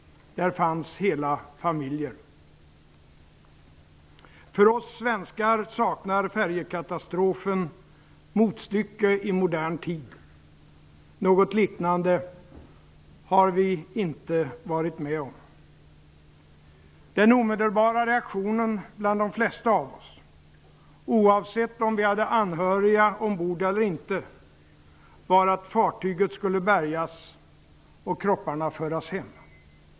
Där fanns hela familjer. För oss svenskar saknar färjekatastrofen motstycke i modern tid. Något liknande har vi inte varit med om. Den omedelbara reaktionen bland de flesta av oss, oavsett om vi hade anhöriga ombord eller inte, var att fartyget skulle bärgas och kropparna föras hem.